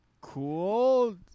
cool –